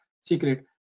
secret